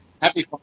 Happy